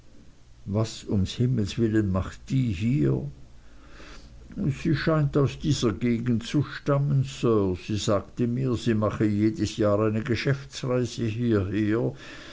was um himmels willen macht die hier sie scheint aus dieser gegend zu stammen sir sie sagte mir sie mache jedes jahr eine geschäftsreise hierher